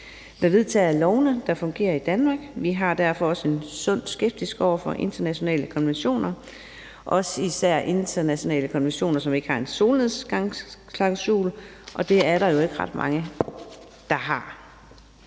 der vedtager lovene, der fungerer i Danmark. Vi har derfor også en sund skepsis over for internationale konventioner, især internationale konventioner, som ikke har en solnedgangsklausul, og det er jo der ikke ret mange der har.